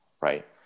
right